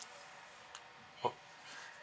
oh